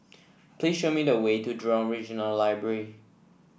please show me the way to Jurong Regional Library